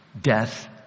death